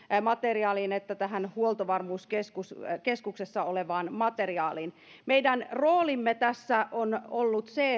materiaaliin että tähän huoltovarmuuskeskuksessa olevaan materiaaliin meidän sosiaali ja terveysministeriön rooli tässä on ollut se